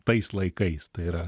tais laikais tai yra